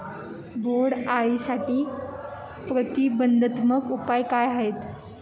बोंडअळीसाठी प्रतिबंधात्मक उपाय काय आहेत?